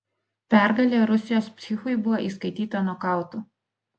pergalė rusijos psichui buvo įskaityta nokautu